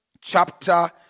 chapter